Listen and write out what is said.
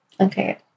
Okay